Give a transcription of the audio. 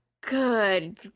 Good